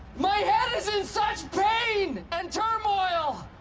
my head is in such pain! and turmoil!